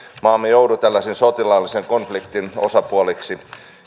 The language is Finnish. maamme joudu tällaisen sotilaallisen konfliktin osapuoleksi